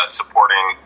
supporting